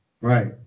Right